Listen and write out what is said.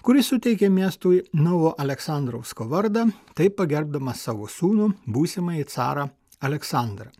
kuris suteikė miestui novo aleksandrovsko vardą taip pagerbdamas savo sūnų būsimąjį carą aleksandrą